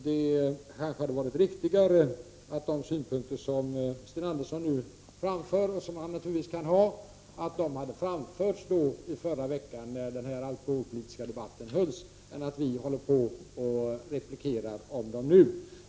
Det hade kanske varit riktigare att de synpunkter som Sten Andersson nu framför, och som han naturligtvis har rätt att ha, hade framförts i förra veckan, när den alkoholpolitiska debatten hölls, än att vi skall hålla på och replikera om dem nu.